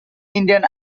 indian